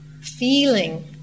feeling